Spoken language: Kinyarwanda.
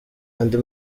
andi